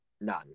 None